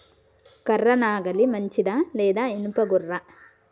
కర్ర నాగలి మంచిదా లేదా? ఇనుప గొర్ర?